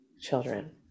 children